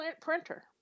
printer